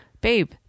Babe